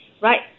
right